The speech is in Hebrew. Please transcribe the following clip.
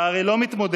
אני מחזיק